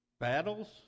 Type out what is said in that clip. Battles